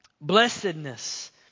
Blessedness